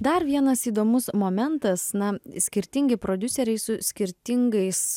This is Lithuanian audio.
dar vienas įdomus momentas na skirtingi prodiuseriai su skirtingais